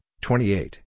twenty-eight